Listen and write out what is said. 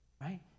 Right